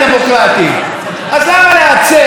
למה לסכור את פיהם של אנשים?